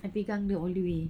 I pegang dia all the way